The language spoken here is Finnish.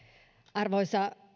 arvoisa